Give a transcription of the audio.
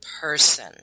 person